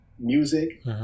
music